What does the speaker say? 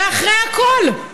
ואחרי הכול,